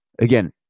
Again